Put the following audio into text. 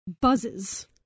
buzzes